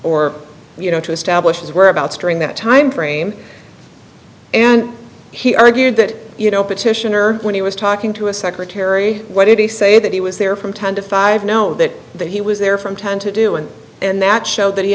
or you know to establish his whereabouts during that time frame and he argued that you know petitioner when he was talking to a secretary why did he say that he was there from ten to five know that that he was there from time to do it and that showed that he